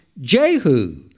Jehu